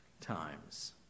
times